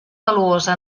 valuosa